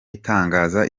itanga